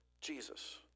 Jesus